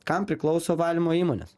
kam priklauso valymo įmonės